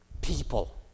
people